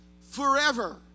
forever